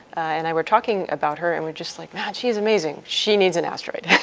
and i were talking about her and were just like man she is amazing! she needs an asteroid.